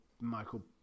Michael